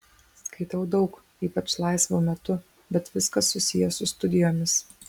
skaitau daug ypač laisvu metu bet viskas susiję su studijomis